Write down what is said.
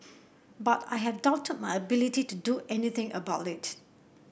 but I have doubted my ability to do anything about it